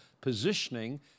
positioning